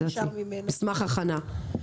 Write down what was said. מסמך הכנה.